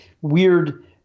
weird